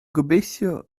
gobeithio